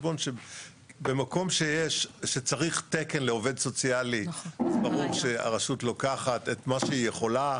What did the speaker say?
במקום שצריך תקן לעובד סוציאלי ברור שהרשות לוקחת את מה שהיא יכולה.